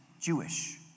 Jewish